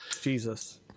jesus